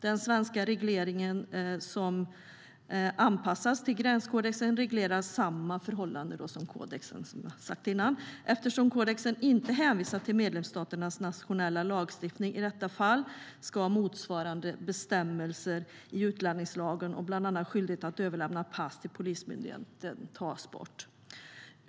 Den svenska reglering som anpassas till gränskodexen reglerar samma förhållanden som kodexen, som jag sagt. Eftersom kodexen inte hänvisar till medlemsstaternas nationella lagstiftning i detta fall ska motsvarande bestämmelser i utlänningslagen om bland annat skyldighet att överlämna pass till Polismyndigheten tas bort.